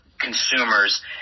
consumers